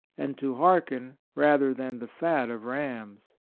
and to hearken rather than the fat of rams.